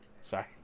Sorry